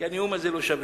כי הנאום הזה לא שווה.